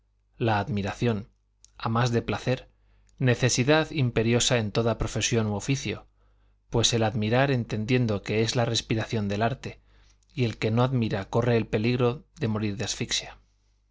la admiración a más de placer necesidad imperiosa en toda profesión u oficio pues el admirar entendiendo que es la respiración del arte y el que no admira corre el peligro de morir de asfixia